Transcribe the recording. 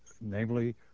namely